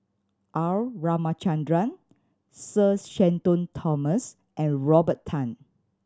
R Ramachandran Sir Shenton Thomas and Robert Tan